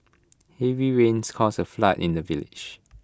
heavy rains caused A flood in the village